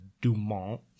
Dumont